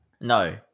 No